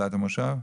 בתחילת המושב?